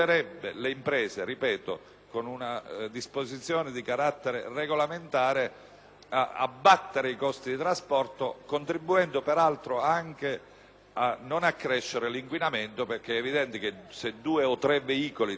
abbattere i costi di trasporto, contribuendo peraltro anche a non accrescere l'inquinamento. È infatti evidente che se due o tre veicoli devono viaggiare distintamente producono maggiori consumi e maggiore inquinamento che